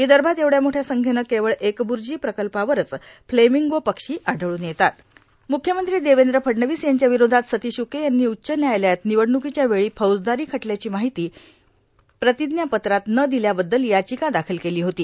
विदर्भात एवढ्या मोठ्या संख्येने केवळ एकब्र्जी प्रकल्पावरच फ्लेमिंगो पक्षी आढळून येतात म्ख्यमंत्री देवेंद्र फडणवीस यांच्या विरोधात सतिश उके यांनी उच्च न्यायालयात निवडणुकीच्या वेळी फौजदारी खटल्याची माहिती प्रतिज्ञापत्रात न दिल्याबद्दल याचिका दाखल केली होती